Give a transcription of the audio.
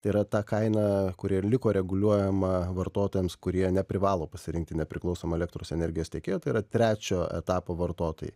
yra ta kaina kuri ir liko reguliuojama vartotojams kurie neprivalo pasirinkti nepriklausomo elektros energijos tiekėjo tai yra trečio etapo vartotojai